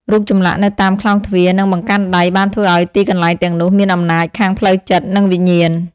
រូបចម្លាក់នៅតាមក្លោងទ្វារ និងបង្កាន់ដៃបានធ្វើឲ្យទីកន្លែងទាំងនោះមានអំណាចខាងផ្លូវចិត្ត និងវិញ្ញាណ។